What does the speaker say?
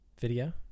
video